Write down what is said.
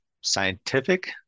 scientific